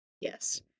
Yes